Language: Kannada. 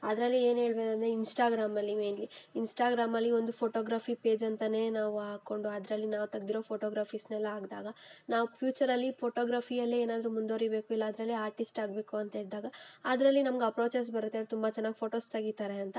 ಅದರಲ್ಲಿ ಏನು ಹೇಳ್ಬೇದಂದ್ರೆ ಇನ್ಸ್ಟಾಗ್ರಾಮಲ್ಲಿ ಮೇಯ್ನ್ಲಿ ಇನ್ಸ್ಟಾಗ್ರಾಮಲ್ಲಿ ಒಂದು ಫೋಟೋಗ್ರಫಿ ಪೇಜ್ ಅಂತಾನೆ ನಾವು ಹಾಕೊಂಡು ಅದರಲ್ಲಿ ನಾವು ತೆಗ್ದಿರೋ ಫೋಟೋಗ್ರಾಫಿಸ್ನೆಲ್ಲ ಹಾಕ್ದಾಗ ನಾವು ಫ್ಯೂಚರಲ್ಲಿ ಫೋಟೋಗ್ರಫಿಯಲ್ಲೇ ಏನಾದ್ರೂ ಮುಂದುವರಿಬೇಕು ಇಲ್ಲ ಅದರಲ್ಲೇ ಆರ್ಟಿಸ್ಟ್ ಆಗಬೇಕು ಅಂತ ಇದ್ದಾಗ ಅದರಲ್ಲಿ ನಮ್ಗೆ ಅಪ್ರೋಚಸ್ ಬರುತ್ತೆ ತುಂಬ ಚೆನ್ನಾಗಿ ಫೋಟೋಸ್ ತೆಗೀತಾರೆ ಅಂತ